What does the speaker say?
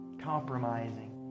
compromising